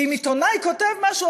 ואם עיתונאי כותב משהו,